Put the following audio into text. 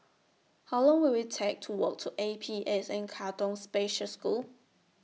How Long Will IT Take to Walk to A P S N Katong Special School